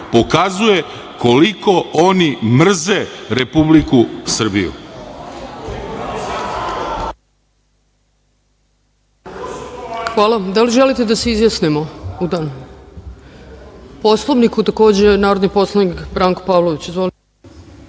pokazuje koliko oni mrze Republiku Srbiju.